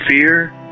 fear